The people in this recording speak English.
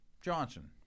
Johnson